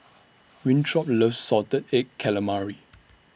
Winthrop loves Salted Egg Calamari